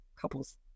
couples